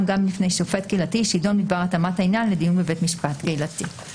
גם לפני שופט קהילתי שידון בדבר התאמת העניין לדיון בבית משפט קהילתי.